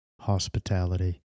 hospitality